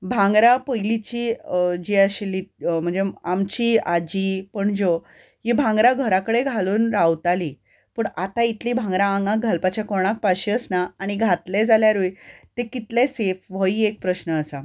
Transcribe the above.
भांगरां पयलींची जीं आशिल्लीं म्हणजे आमची आजी पणज्यो हीं भांगरां घरा कडेन घालून रावतालीं पूण आतां इतलीं भांगरां आंगार घालपाचें कोणाक पाशियेंस ना आनी घातले जाल्यारूय ते कितले सेफ हो एक प्रश्न आसा